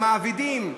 למעבידים,